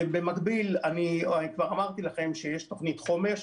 ובמקביל, אני כבר אמרתי לכם שיש תוכנית חומש.